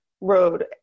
road